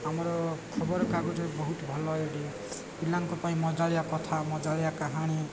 ଆମର ଖବରକାଗଜରେ ବହୁତ ଭଲ ଏଟିି ପିଲାଙ୍କ ପାଇଁ ମଜାଳିଆ କଥା ମଜାଳିଆ କାହାଣୀ